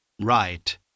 Right